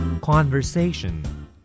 Conversation